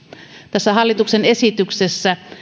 tässä hallituksen esityksessä